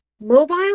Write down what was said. Mobile